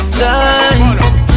time